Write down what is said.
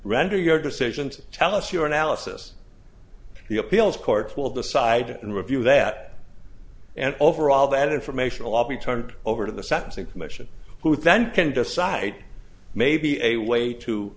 render your decision to tell us your analysis of the appeals courts will decide and review that and overall that information all be turned over to the sentencing commission who then can decide maybe a way to